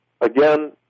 Again